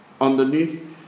underneath